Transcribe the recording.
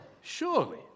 surely